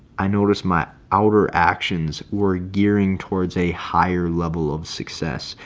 i noticed my outer actions were gearing towards a higher level of success.